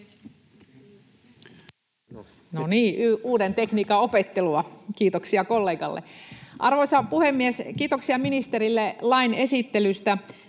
No niin, uuden tekniikan opettelua, kiitoksia kollegalle! Arvoisa puhemies! Kiitoksia ministerille lain esittelystä.